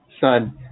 Son